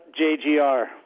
JGR